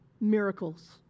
miracles